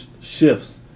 shifts